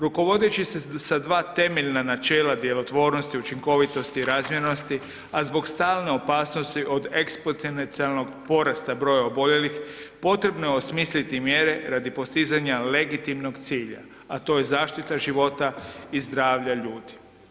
Rukovodeći se sa 2 temeljna načela djelotvornosti, učinkovitosti i razmjernosti, a zbog stalne opasnosti zbog eksponencijalnog broja oboljelih potrebno je osmisliti mjere radi postizanja legitimnog cilja, a to je zaštita života i zdravlja ljudi.